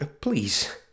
please